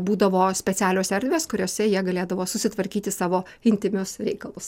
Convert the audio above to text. būdavo specialios erdvės kuriose jie galėdavo susitvarkyti savo intymius reikalus